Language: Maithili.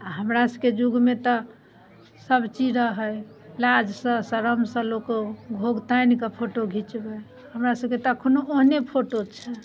आओर हमरासबके जुगमे तऽ सबचीज रहै लाजसँ शरमसँ लोक घोघ तानिकऽ फोटो घिचबै हमरासबके तऽ एखनो ओहने फोटो छै आओर कि कहिए